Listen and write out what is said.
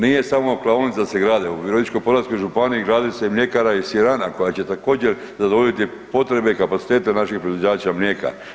Nije samo klaonice da se grade, u Virovitičko-podravskoj županiji grade se i mljekara i sirana koja će također zadovoljiti potrebe kapaciteta naših proizvođača mlijeka.